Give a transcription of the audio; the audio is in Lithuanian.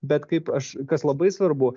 bet kaip aš kas labai svarbu